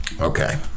Okay